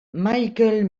michael